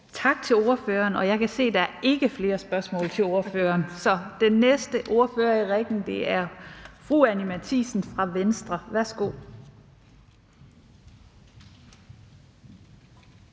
Tak til ordføreren. Jeg kan se, at der ikke er flere spørgsmål til ordføreren. Den næste ordfører i rækken er fru Anni Matthiesen fra Venstre. Værsgo.